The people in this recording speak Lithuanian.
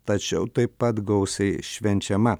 tačiau taip pat gausiai švenčiama